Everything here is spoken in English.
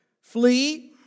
Flee